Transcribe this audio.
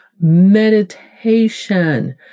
meditation